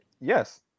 Yes